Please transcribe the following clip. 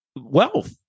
wealth